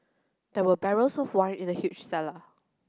there were barrels of wine in the huge cellar